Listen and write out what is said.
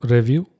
Review